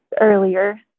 earlier